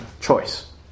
choice